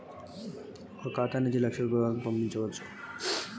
నా ఖాతా నుంచి ఎన్ని పైసలు పంపించచ్చు?